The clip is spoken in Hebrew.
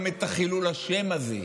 גם את חילול השם הזה,